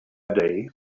day